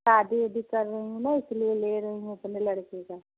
शादी वादी कर रही हूँ ना इसीलिए ले रही हूँ अपने लड़के का